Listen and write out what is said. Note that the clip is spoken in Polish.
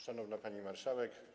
Szanowna Pani Marszałek!